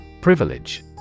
Privilege